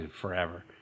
forever